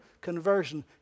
conversion